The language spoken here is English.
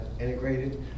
integrated